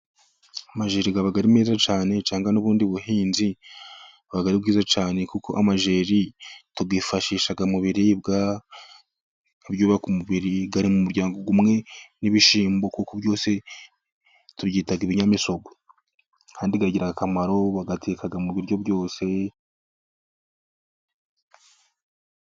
Amajeri aba ari meza cyane cyangwa n'ubundi buhinzi, buba ari bwiza cyane. Kuko amajeri tuyifashisha mu biribwa byubaka umubiri. Ari mu muryango umwe n'ibishyimbo kuko byose tubyita ibinyamisogwe, kandi agira akamaro. Bayateka mu biryo byose.